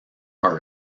are